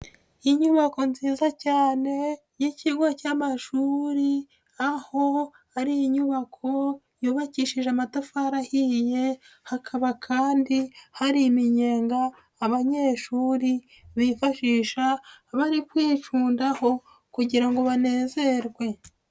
Inyubako nziza cyane y'ikigo cy'amashuri, aho ari inyubako yubakishije amatafari ahiye, hakaba kandi hari iminyenga abanyeshuri bifashisha abari kwicundaho kugira ngo banezerwe.